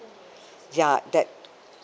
ya that